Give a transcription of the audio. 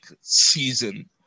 season